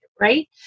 right